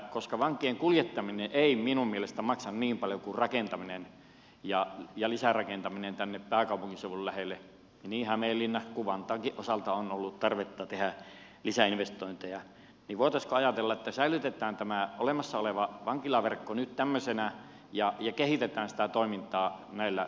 koska vankien kuljettaminen ei minun mielestäni maksa niin paljon kuin rakentaminen ja lisärakentaminen tänne pääkaupunkiseudun lähelle niin hämeenlinnan kuin vantaankin osalta on ollut tarvetta tehdä lisäinvestointeja niin voitaisiinko ajatella että säilytetään tämä olemassa oleva vankilaverkko nyt tämmöisenä ja kehitetään sitä toimintaa näillä olemassa olevilla alueilla